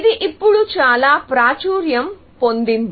ఇది ఇప్పుడు చాలా ప్రాచుర్యం పొందింది